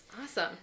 Awesome